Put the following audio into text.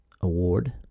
Award